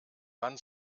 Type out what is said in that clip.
wann